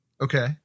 Okay